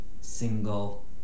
single